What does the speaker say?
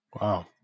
Wow